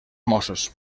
mossos